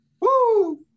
Woo